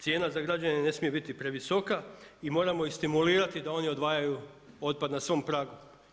Cijena za građane ne smije biti previsoka i moramo je stimulirati da oni odvajaju otpad na svom pragu.